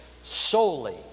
Solely